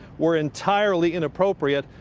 were entirely inappropriate,